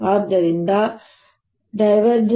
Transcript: ಆದ್ದರಿಂದ ▽